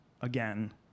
again